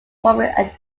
forming